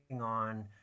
on